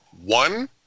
one